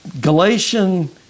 Galatian